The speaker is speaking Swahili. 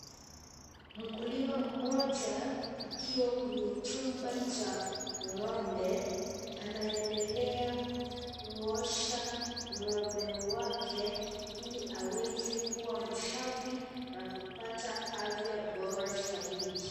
Mkulima mmoja akiwa kwenye chumba cha ngombe anaendelea kuosha ngombe wake iko aweze kuwa safi na kupata afya bora zaidi.